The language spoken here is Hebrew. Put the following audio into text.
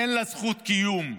אין לה זכות קיום.